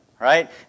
right